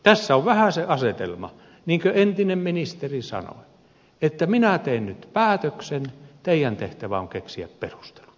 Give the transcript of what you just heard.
tässä on vähän se asetelma niin kuin entinen ministeri sanoi että minä teen nyt päätöksen teidän tehtävänne on keksiä perustelut